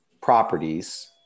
properties